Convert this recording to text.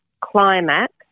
climax